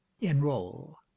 enroll